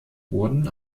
wurde